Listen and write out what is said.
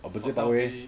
hotel V